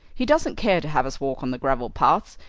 he doesn't care to have us walk on the gravel paths.